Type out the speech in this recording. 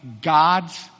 God's